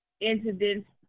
incidents